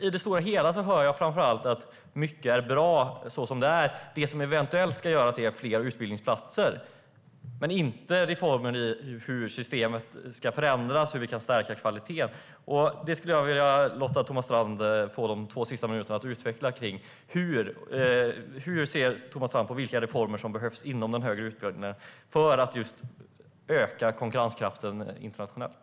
I det stora hela hör jag framför allt att mycket är bra som det är och att det som eventuellt ska göras är att skapa fler utbildningsplatser. Det talas inte om reformer som gäller hur systemet ska förändras eller hur vi kan stärka kvaliteten. Jag skulle vilja låta Thomas Strand använda sina två sista minuter till att utveckla hur han ser på vilka reformer som behövs inom den högre utbildningen för att vi just ska öka konkurrenskraften internationellt.